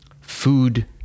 food